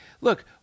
Look